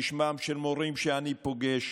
בשמם של מורים שאני פוגש,